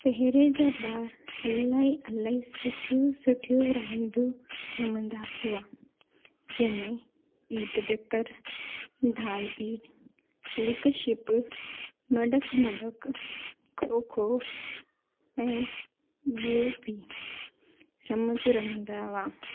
पहिरें जा ॿार इलाही इलाही सुठियूं सुठियूं रांदियूं रमंदा हुआ जंहिं में ईट डकर ढाल बि लिक छिप मढक मढक खो खो ऐं ॿियूं बि रमत रमंदा हुआ